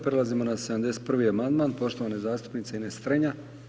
Prelazimo na 71. amandman poštovane zastupnice Ines Strenja.